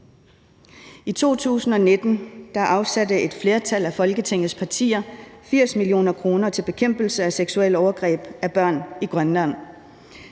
I 2019 afsatte et flertal af Folketingets partier 80 mio. kr. til bekæmpelse af seksuelle overgreb på børn i Grønland.